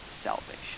salvation